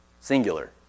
singular